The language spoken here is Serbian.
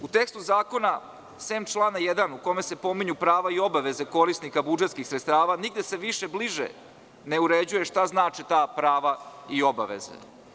U tekstu zakona, sem člana 1. u kome se pominju prava i obaveze korisnika budžetskih sredstava, nigde se više bliže ne uređuje šta znači ta prava i obaveze.